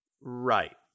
Right